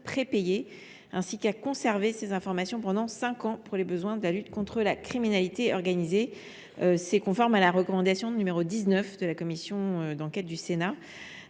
prépayées et de conserver ces informations pendant cinq ans pour les besoins de la lutte contre la criminalité organisée. Cette mesure correspond à la recommandation n° 19 de la commission d’enquête du Sénat.